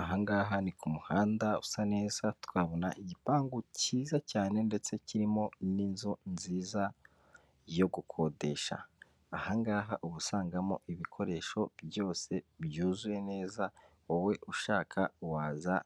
Ahangaha ni umuhanda usa neza twabona igipangu cyiza cyane ndetse kirimo n'inzu nziza yo gukodesha, ahangaha uba usangamo ibikoresho byose byuzuye neza wowe ushaka waza